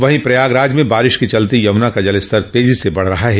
वहीं प्रयागराज में बारिश के चलते यमुना का जलस्तर तेजी से बढ़ रहा है